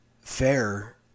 fair